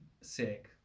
sick